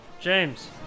James